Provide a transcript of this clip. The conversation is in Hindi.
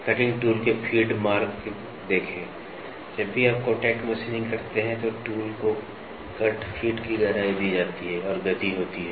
कटिंग टूल के फीड मार्क देखें जब भी आप कॉन्टैक्ट मशीनिंग करते हैं तो टूल को कट फीड की गहराई दी जाती है और गति होती है